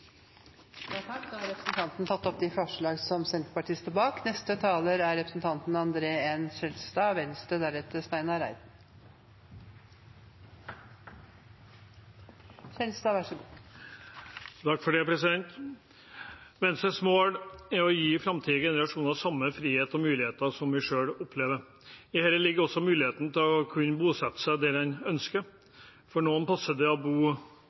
opp forslag nr. 2, som Senterpartiet sammen med SV står bak. Da har representanten Marit Knutsdatter Strand tatt opp det forslaget hun refererte til. Venstres mål er å gi framtidige generasjoner samme frihet og muligheter som vi selv opplever. I det ligger også muligheten til å kunne bosette seg der en ønsker. For noen passer det å bo